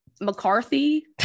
mccarthy